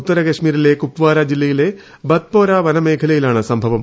ഉത്തരകശ്മീരിലെ കുപ്വാര ജില്ലയിലെ ബത്പോര വനമേഖലയിലാണ് സംഭവം